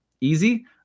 easy